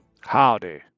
Howdy